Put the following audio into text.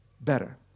better